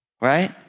right